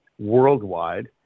worldwide